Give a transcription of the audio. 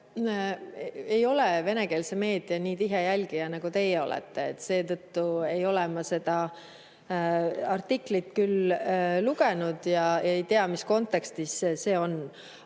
Ei ole venekeelse meedia nii tihe jälgija, nagu teie olete, seetõttu ei ole ma seda artiklit lugenud ega tea, mis kontekstis see on.